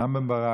רם בן ברק,